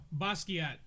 Basquiat